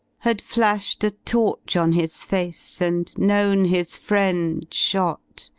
had flashed a torch on his face, and known his friend. shot,